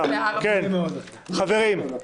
כן, אבל את לא עוזרת בזה, אני חייב להגיד.